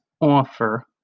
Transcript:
offer